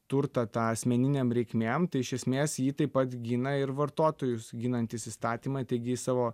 turtą tą asmeninėm reikmėm tai iš esmės jį taip pat gina ir vartotojus ginantys įstatymai taigi jis savo